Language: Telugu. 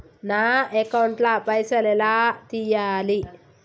నా అకౌంట్ ల పైసల్ ఎలా తీయాలి?